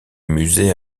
musée